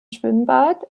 schwimmbad